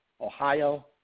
Ohio